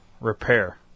repair